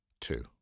Two